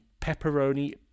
Pepperoni